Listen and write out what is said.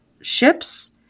ships